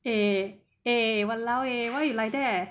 eh eh eh eh !walao! eh why you like that